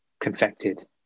confected